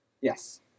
Yes